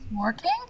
working